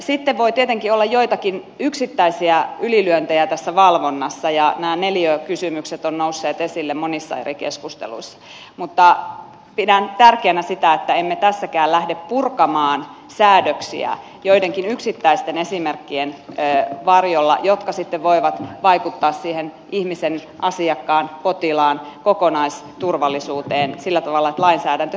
sitten voi tietenkin olla joitakin yksittäisiä ylilyöntejä tässä valvonnassa ja nämä neliökysymykset ovat nousseet esille monissa eri keskusteluissa mutta pidän tärkeänä sitä että emme tässäkään lähde joidenkin yksittäisten esimerkkien varjolla purkamaan säädöksiä mikä sitten voi vaikuttaa siihen ihmisen asiakkaan potilaan kokonaisturvallisuuteen sillä tavalla että lainsäädäntö heikkenee